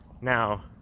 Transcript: Now